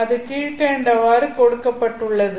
அது கீழ்க்கண்டவாறு கொடுக்கப்பட்டுள்ளது